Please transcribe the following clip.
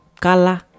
kala